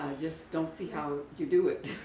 just don't see how you do it.